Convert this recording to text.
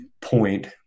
point